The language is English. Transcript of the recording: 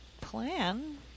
plan